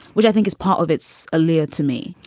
which i think is part of its earlier to me,